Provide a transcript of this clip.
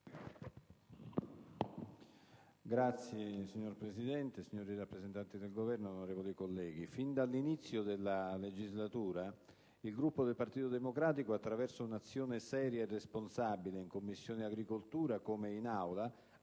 *(PD)*. Signor Presidente, signori rappresentanti del Governo, onorevoli colleghi, fin dall'inizio della legislatura il Gruppo del Partito Democratico, attraverso un'azione seria e responsabile, in Commissione agricoltura come in Aula,